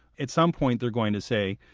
at some point they're going to say,